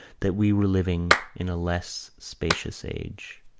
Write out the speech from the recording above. that we were living in a less spacious age.